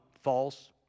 false